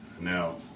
Now